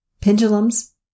pendulums